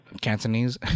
Cantonese